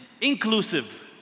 inclusive